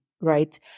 right